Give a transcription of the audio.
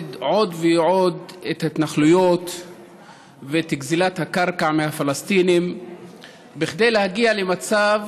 לעודד עוד ועוד את ההתנחלויות ואת גזלת הקרקע מהפלסטינים כדי להגיע למצב